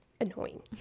annoying